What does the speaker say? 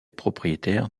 propriétaire